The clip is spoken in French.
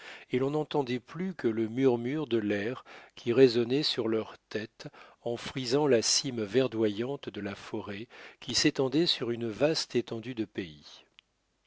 et l'on n'entendait plus que le murmure de l'air qui résonnait sur leurs têtes en frisant la cime verdoyante de la forêt qui s'étendait sur une vaste étendue de pays